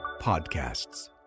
Podcasts